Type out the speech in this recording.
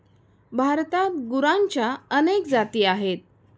भारतात गुरांच्या अनेक जाती आहेत